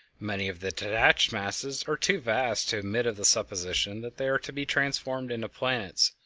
many of the detached masses are too vast to admit of the supposition that they are to be transformed into planets,